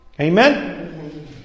Amen